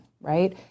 right